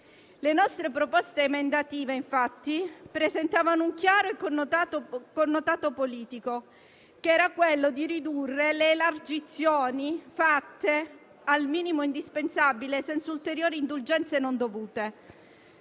Le nostre proposte emendative infatti presentavano un chiaro connotato politico, che era quello di ridurre le elargizioni fatte al minimo indispensabile, senza ulteriori indulgenze non dovute.